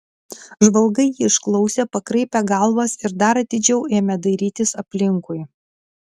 žvalgai jį išklausė pakraipė galvas ir dar atidžiau ėmė dairytis aplinkui